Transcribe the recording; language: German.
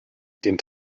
den